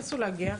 תנסו להגיע,